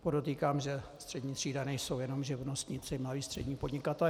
Podotýkám, že střední třída nejsou jenom živnostníci, malí, střední podnikatelé.